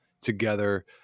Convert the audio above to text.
together